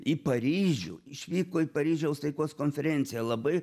į paryžių išvyko į paryžiaus taikos konferenciją labai